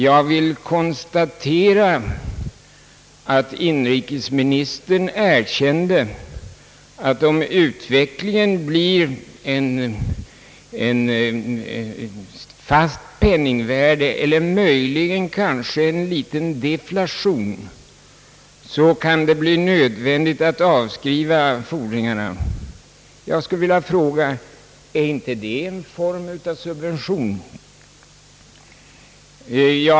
Jag vill konstatera att inrikesministern erkände att om utvecklingen leder till ett fast penningvärde eller om vi möjligen får en liten deflation kan det bli nödvändigt att avskriva fordringarna. Jag skulle vilja fråga: Är inte det en form av subvention?